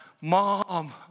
Mom